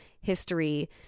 history